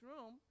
room